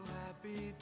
happy